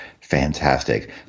Fantastic